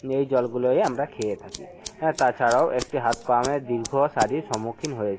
এই জলগুলোয় এ আমরা খেয়ে থাকি আর তাছাড়াও একটি হাত পাম্পের দীর্ঘসারি সম্মুখীন হয়েছি